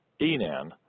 Enan